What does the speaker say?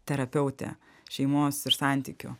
terapeutė šeimos ir santykių